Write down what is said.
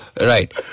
right